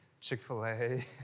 Chick-fil-A